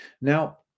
Now